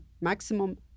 maximum